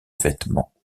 vêtements